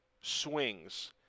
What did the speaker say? swings